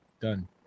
Done